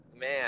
Man